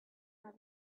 how